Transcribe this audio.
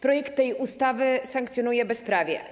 Projekt tej ustawy sankcjonuje bezprawie.